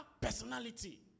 personality